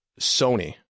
Sony